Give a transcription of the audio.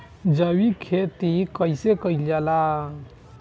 जैविक खेती कईसे कईल जाला?